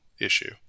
issue